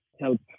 help